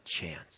chance